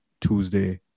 Tuesday